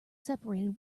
separated